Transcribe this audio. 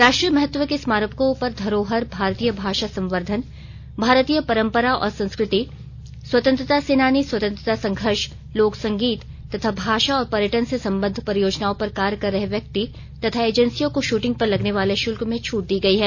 राष्ट्रीय महत्व के स्मारकों पर धरोहर भारतीय भाषा संवर्धन भारतीय परम्परा और संस्कृति स्वतंत्रता सेनानी स्वतंत्रता संघर्ष लोक संगीत तथा भाषा और पर्यटन से संबद्ध परियोजनाओं पर कार्य कर रहे व्यक्ति तथा एंजेसियों को शूटिंग पर लगने वाले शुल्क में छूट दी गई है